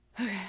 okay